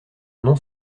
non